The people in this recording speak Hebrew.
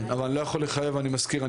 אני מזכיר,